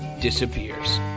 disappears